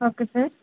okay sir